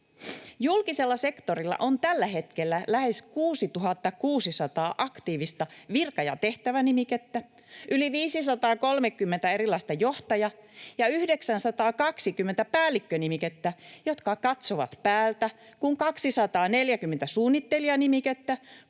Julkisella sektorilla on tällä hetkellä lähes 6 600 aktiivista virka- ja tehtävänimikettä. On yli 530 erilaisella johtaja- ja 920 päällikkö-nimikkeellä olevaa, jotka katsovat päältä, kun 240 suunnittelija-nimikkeellä,